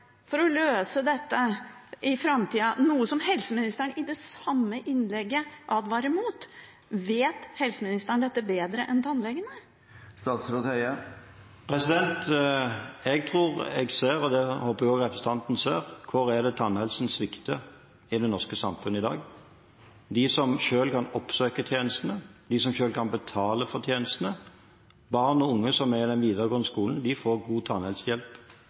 for å løse dette i framtida, noe som helseministeren i det samme innlegget advarer mot. Vet helseministeren dette bedre enn tannlegene? Jeg tror jeg ser, og det håper jeg også representanten ser, hvor tannhelsen svikter i det norske samfunnet i dag. De som selv kan oppsøke tjenestene, de som selv kan betale for tjenestene, barn og unge i den videregående skolen får god tannhelsehjelp